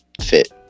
fit